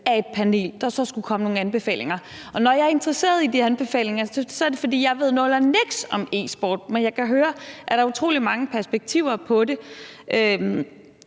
af et panel, der så skulle komme med nogle anbefalinger. Når jeg er interesseret i de anbefalinger, er det, fordi jeg ved nul og niks om e-sport, men jeg kan høre, at der er utrolig mange perspektiver i det,